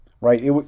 right